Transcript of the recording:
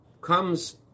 comes